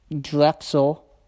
Drexel